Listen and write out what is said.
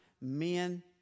men